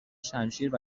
شمشیر